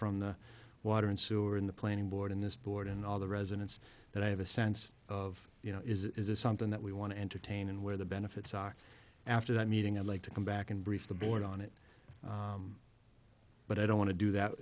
from the water and sewer in the planning board in this board and all the residents that i have a sense of you know is this something that we want to entertain and where the benefits are after that meeting i'd like to come back and brief the board on it but i don't want to do that